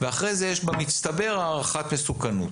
ואחר כך יש במצטבר הערכת מסוכנות.